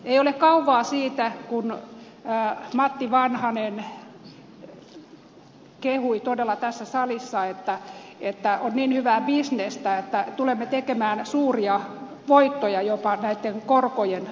ei ole kauaa siitä kun matti vanhanen kehui todella tässä salissa että on niin hyvää bisnestä että tulemme tekemään suuria voittoja jopa näitten korkojen tähden